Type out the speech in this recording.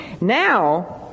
Now